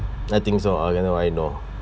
nothing so okay now I know